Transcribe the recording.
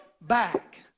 back